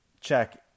check